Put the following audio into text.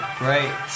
great